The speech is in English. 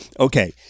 Okay